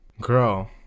girl